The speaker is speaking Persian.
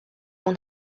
اون